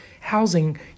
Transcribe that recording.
housing